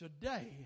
today